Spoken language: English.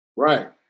Right